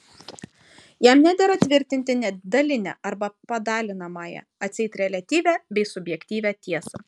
jam nedera tvirtinti net dalinę arba padalinamąją atseit reliatyvią bei subjektyvią tiesą